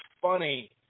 funny